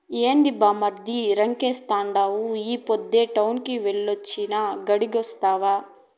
ఏంది బామ్మర్ది రంకెలేత్తండావు ఈ పొద్దే టౌనెల్లి వొచ్చినా, గడియాగొస్తావా